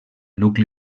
nucli